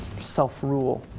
self-rule.